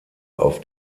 auf